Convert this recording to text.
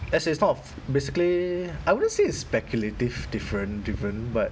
as in is sort of basically I wouldn't say is speculative different different but